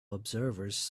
observers